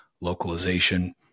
localization